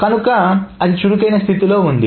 కనుక అది చురుకైన స్థితిలో ఉంది